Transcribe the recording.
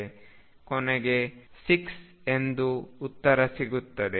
ಕೊನೆಗೆ 6 ಎಂದು ಉತ್ತರ ಸಿಗುತ್ತದೆ